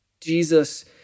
Jesus